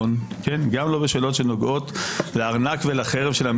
גם לא בשאלות של מדיניות ביטחון,